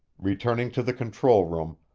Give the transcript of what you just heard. returning to the control room,